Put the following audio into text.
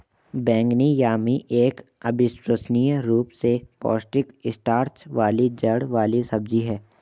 बैंगनी यामी एक अविश्वसनीय रूप से पौष्टिक स्टार्च वाली जड़ वाली सब्जी है